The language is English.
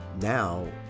now